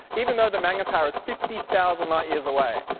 even though the magnetar is fifty thousand light years away,